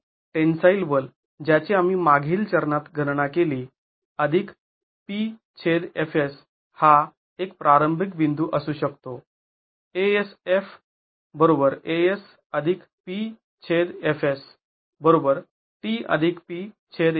तर टेन्साईल बल ज्याची आम्ही मागील चरणात गणना केली PFs हा एक प्रारंभिक बिंदू असू शकतो